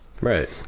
Right